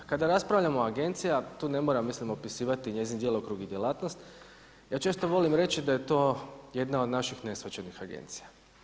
Kada raspravljamo o agencija tu ne moram mislim opisivati njezin djelokrug i djelatnost, ja često volim reći da je to jedna od naših neshvaćenih agencija.